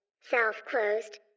self-closed